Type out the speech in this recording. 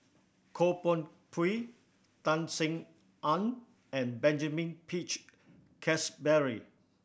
Goh Koh Pui Tan Sin Aun and Benjamin Peach Keasberry